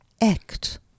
act